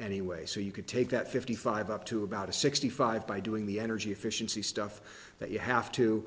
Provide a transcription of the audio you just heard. anyway so you could take that fifty five up to about a sixty five by doing the energy efficiency stuff that you have to